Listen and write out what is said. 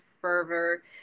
fervor